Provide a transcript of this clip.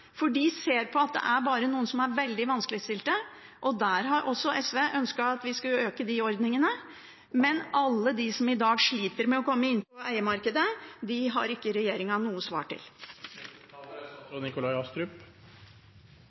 for de ser bare at det er noen som er veldig vanskeligstilte. SV har ønsket å øke de ordningene også. Men til alle dem som i dag sliter med å komme seg inn på eiemarkedet, har ikke regjeringen noe svar.